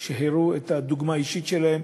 הראו את הדוגמה האישית שלהם,